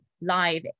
live